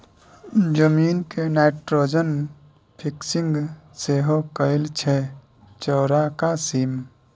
जमीन मे nitrogen fixing सेहो करय छै चौरका सीम